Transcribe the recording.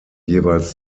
jeweils